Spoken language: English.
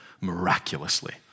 miraculously